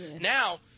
Now